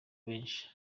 benshi